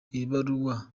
ibaruwa